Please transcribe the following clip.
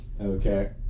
Okay